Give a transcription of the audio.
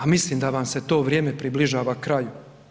A mislim da vam se to vrijeme približava kraju.